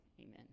Amen